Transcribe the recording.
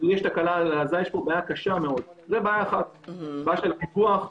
בעיה אחת היא העניין של הפיקוח.